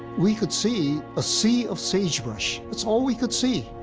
we could see a sea of sagebrush. that's all we could see.